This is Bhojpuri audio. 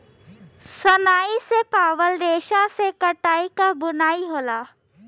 सनई से पावल रेसा से खटिया क बुनाई होला